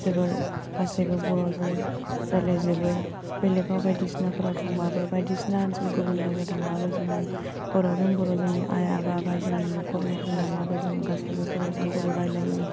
जोबोर गासिबो बर'जों रायज्लायजोबो बेलेकआव बायदिसिनाफ्राव थांबाबो बायदिसिना ओनसोल गुबुन जायगायाव थांबाबो जोङो बर'जों बर' जोंनि आइ आफा बा जों नख'रनिफोरजों थांबाबो जों गासिबो बर'जों बर' रायलायो